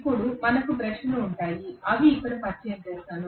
ఇప్పుడు మనకు బ్రష్లు ఉంటాయి ఇవి ఇక్కడ పరిచయం చేస్తాయి